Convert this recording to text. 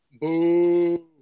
Boo